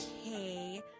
Okay